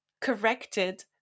corrected